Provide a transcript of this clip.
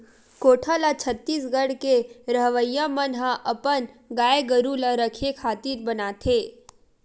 कोठा ल छत्तीसगढ़ के रहवइया मन ह अपन गाय गरु ल रखे खातिर बनाथे